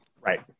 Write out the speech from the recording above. right